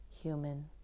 human